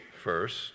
first